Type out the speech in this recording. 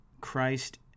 Christ